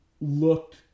looked